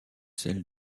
celle